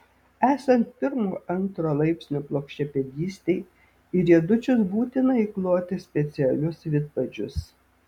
esant pirmo antro laipsnio plokščiapėdystei į riedučius būtina įkloti specialius vidpadžius